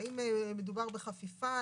האם מדובר בחפיפה?